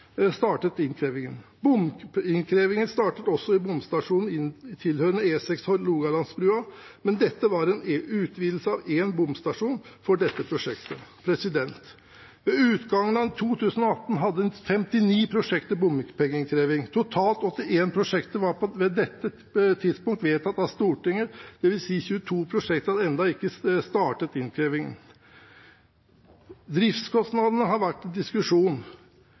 startet innkrevingen. Bompengeinnkrevingen startet også i bomstasjonen tilhørende E6 Hålogalandsbrua, men dette var en utvidelse av én bomstasjon for dette prosjektet. Ved utgangen av 2018 hadde 59 prosjekter bompengeinnkreving. Totalt var 81 prosjekter på dette tidspunkt vedtatt av Stortinget, det vil si at 22 prosjekter ennå ikke hadde startet innkrevingen. Driftskostnadene har vært til diskusjon.